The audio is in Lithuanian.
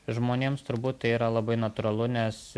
žmonėms turbūt tai yra labai natūralu nes